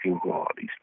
qualities